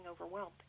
overwhelmed